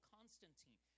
Constantine